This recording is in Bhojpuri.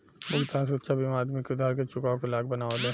भुगतान सुरक्षा बीमा आदमी के उधार के चुकावे के लायक बनावेला